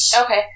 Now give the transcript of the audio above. Okay